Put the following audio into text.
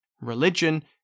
religion